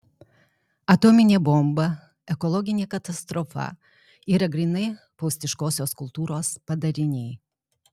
atominė bomba ekologinė katastrofa yra grynai faustiškosios kultūros padariniai